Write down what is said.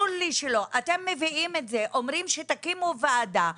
אתם מביאים את זה, אומרים שתקימו ועדה.